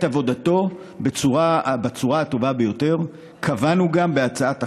עבודתו בצורה הטובה ביותר קבענו גם בהצעת החוק,